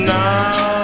now